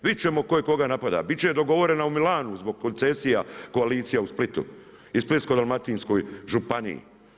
Vidjet ćemo tko je koga napadao, bit će dogovorena u Milanu zbog koncesija koalicija u Splitu i Splitsko-dalmatinskoj županiji.